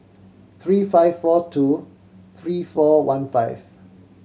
three five four two three four one five